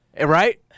Right